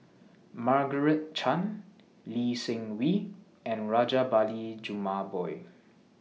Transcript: Margaret Chan Lee Seng Wee and Rajabali Jumabhoy